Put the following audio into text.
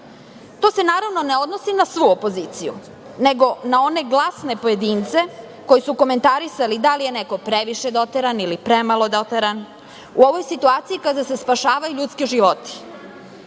To se, naravno, ne odnosi na svu opoziciju, nego na one glasne pojedince koji su komentarisali da li je neko previše doteran ili premalo u ovoj situaciji kada se spašavaju ljudski životi,